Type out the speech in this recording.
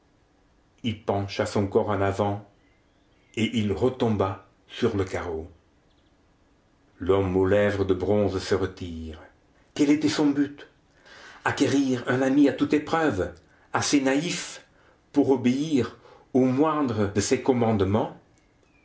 il pencha son corps en avant et il retomba sur le carreau l'homme aux lèvres de bronze se retire quel était son but acquérir un ami à toute épreuve assez naïf pour obéir au moindre de ses commandements